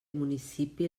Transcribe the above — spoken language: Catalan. municipi